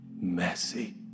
messy